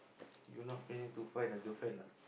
you not planning to find a girlfriend ah